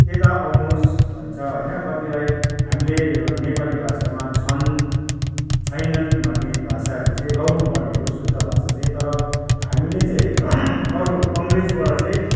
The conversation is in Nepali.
यता आउनुहोस् भन्छ होइन कतिलाई हामीले नेपाली भाषामा छन् छैनन् भन्ने भाषाहरू चाहिँ लाउनुपर्ने हो शुद्ध भाषा चाहिँ तर हामीले चाहिँ अरू अङ्ग्रजीबाट चाहिँ